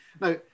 now